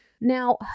Now